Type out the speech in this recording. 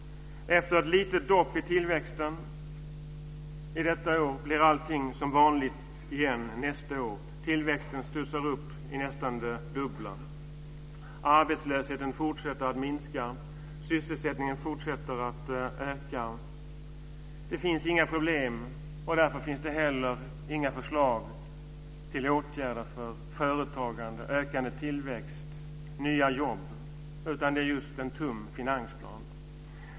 Efter en liten doppning i tillväxten detta år blir allting som vanligt igen nästa år. Tillväxten studsar upp till nästan det dubbla. Arbetslösheten fortsätter att minska, och sysselsättningen fortsätter att öka. Det finns inga problem, och därför finns det inte heller några förslag till åtgärder för företagande, ökande tillväxt och nya jobb, utan det är en tunn finansplan.